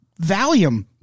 Valium